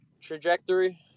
trajectory